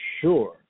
sure